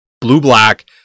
blue-black